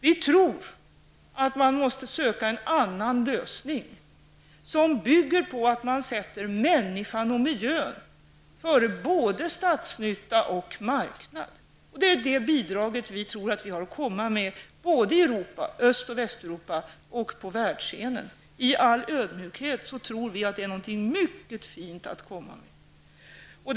Vi tror att man måste söka en annan lösning, en lösning som sätter människan och miljön före både statsnyttan och marknaden. Det är det bidraget som vi tror att vi har att komma med både i Europa, Öst och Västeuropa, och på världsscenen. Vi tror, i all ödmjukhet, att det är något mycket fint att komma med.